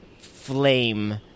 flame